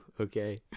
Okay